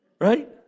Right